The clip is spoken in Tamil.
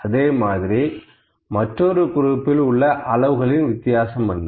அதே மாதிரி மற்றொரு குரூப்பில் உள்ள அளவுகளில் வித்தியாசம் என்ன